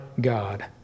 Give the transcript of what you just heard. God